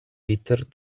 peter